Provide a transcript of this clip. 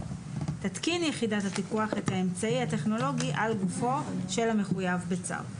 תתקין יחידת הפיקוח את האמצעי הטכנולוגי על גופו של המחויב בצו.